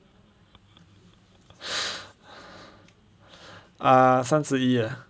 ah 三十一了